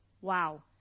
wow